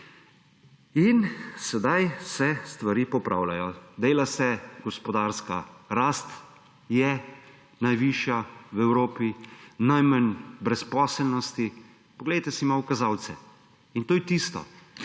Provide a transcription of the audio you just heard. In sedaj se stvari popravljajo. Dela se, gospodarska rast je najvišja v Evropi, najmanj brezposelnosti je. Poglejte si malo kazalce. To je tisto,